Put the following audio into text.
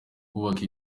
kubaka